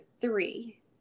three